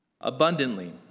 abundantly